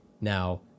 now